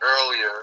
earlier